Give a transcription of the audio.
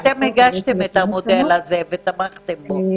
אתם הגשתם את המודל הזה ותמכתם בו,